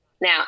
Now